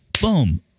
boom